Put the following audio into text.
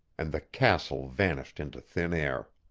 and the castle vanished into thin air.